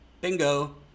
bingo